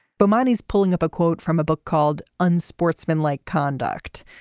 but manny's pulling up a quote from a book called unsportsmanlike conduct.